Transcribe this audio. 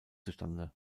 zustande